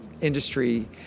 industry